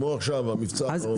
כמו עכשיו המבצע האחרון?